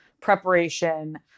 preparation